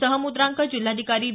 सह मुद्रांक जिल्हाधिकारी वि